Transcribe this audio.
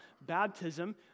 Baptism